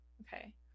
Okay